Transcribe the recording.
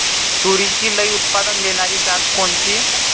तूरीची लई उत्पन्न देणारी जात कोनची?